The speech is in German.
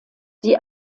die